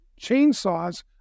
chainsaws